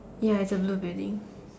ya it's a blue building